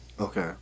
okay